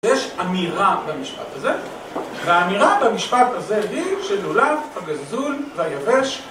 יש אמירה במשפט הזה והאמירה במשפט הזה היא שנולד, הגזול והיבש